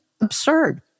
absurd